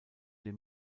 dem